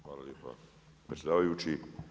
Hvala lijepa predsjedavajući.